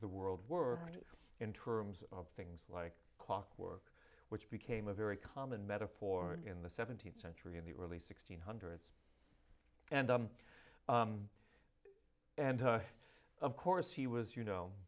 the world worked in terms of things like clockwork which became a very common metaphor in the seventeenth century in the early sixty's hundreds and and of course he was you know